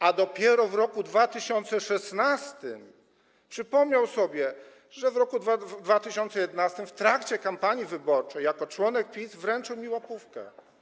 a dopiero w roku 2016 przypomniał sobie, że w roku 2011 w trakcie kampanii wyborczej jako członek PiS wręczył mi łapówkę.